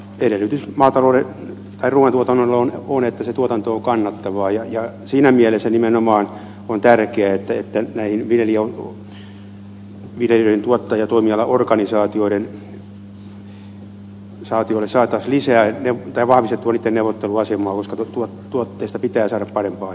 edellytys ruuantuotannolle on että se tuotanto on kannattavaa ja siinä mielessä nimenomaan on tärkeää että saataisiin vahvistettua näitten viljelijöiden tuottaja ja toimialaorganisaatioiden neuvotteluasemaa koska tuotteista pitää saada parempaa hintaa